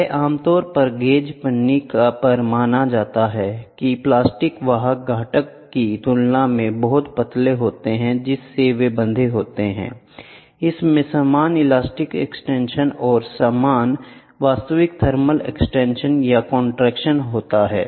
यह आम तौर पर गेज पन्नी पर माना जाता है कि प्लास्टिक वाहक घटक की तुलना में बहुत पतले होते हैं जिससे वे बधे होते हैंI इसमें समान इलास्टिक एक्सटेंशन और समान वास्तविक थर्मल एक्सटेंशन या कंट्रक्शन होता है